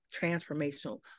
transformational